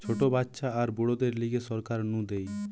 ছোট বাচ্চা আর বুড়োদের লিগে সরকার নু দেয়